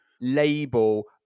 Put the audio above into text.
label